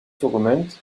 dokument